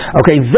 okay